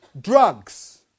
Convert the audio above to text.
Drugs